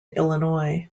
illinois